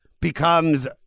becomes